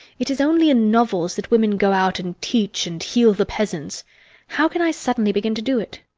it is only in novels that women go out and teach and heal the peasants how can i suddenly begin to do it?